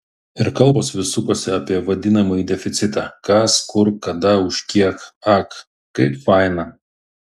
ir kalbos vis sukosi apie vadinamąjį deficitą kas kur kada už kiek ak kaip faina